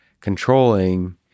controlling